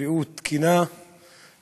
בריאות תקינה ואיכותית.